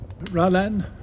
Ralan